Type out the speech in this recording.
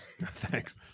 Thanks